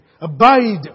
abide